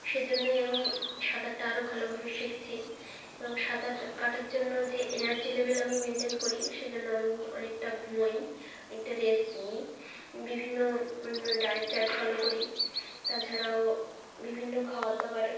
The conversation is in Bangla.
সেজন্যই আমি সাঁতারটা আরও ভালোভাবে শিখছি এবং সাঁতার কাটার জন্য যে এনার্জি লেভেল আমি মেইনটেন করি সেজন্য আমি অনেকটা ঘুমোই অনেকটা রেস্ট নিই বিভিন্ন ডায়েট চার্ট ফলো করি তাছাড়াও বিভিন্ন খাবার দাবার